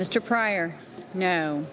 mr pryor no